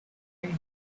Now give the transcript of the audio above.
idea